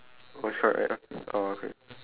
oh it's correct right oh okay